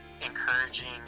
encouraging